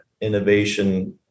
innovation